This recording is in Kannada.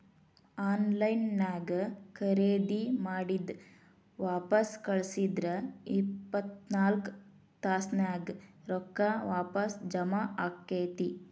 ಆನ್ ಲೈನ್ ನ್ಯಾಗ್ ಖರೇದಿ ಮಾಡಿದ್ ವಾಪಸ್ ಕಳ್ಸಿದ್ರ ಇಪ್ಪತ್ನಾಕ್ ತಾಸ್ನ್ಯಾಗ್ ರೊಕ್ಕಾ ವಾಪಸ್ ಜಾಮಾ ಆಕ್ಕೇತಿ